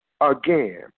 again